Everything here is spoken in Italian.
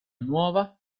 nuova